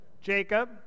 Jacob